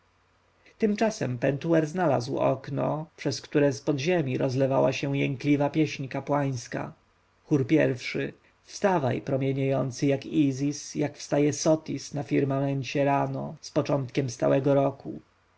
tymczasem pentuer znalazł okno przez które z podziemi rozlewała się jękliwa pieśń kapłańska chór i wstawaj promieniejący jak izis jak wstaje sotis na firmamencie rano z początkiem stałego roku